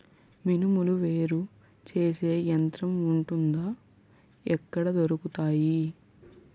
మినుములు వేరు చేసే యంత్రం వుంటుందా? ఎక్కడ దొరుకుతాయి?